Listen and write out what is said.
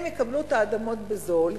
הם יקבלו את האדמות בזול,